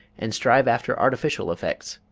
and strive after artificial effects.